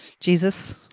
Jesus